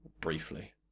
Briefly